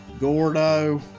Gordo